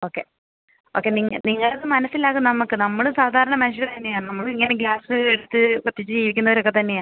okay okay നിങ്ങൾ നിങ്ങൾ അത് മനസ്സിലാക്ക് നമുക്ക് നമ്മളും സാധാരണ മനുഷ്യർ തന്നെയാണ് നമ്മളും ഇങ്ങനെ ഗ്യാസ് എടുത്ത് കത്തിച്ച് ജീവിക്കുന്നവരൊക്കെ തന്നെയാണ്